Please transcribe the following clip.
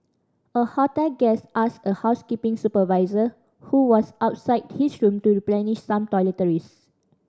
a hotel guest asked a housekeeping supervisor who was outside his room to replenish some toiletries